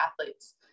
athletes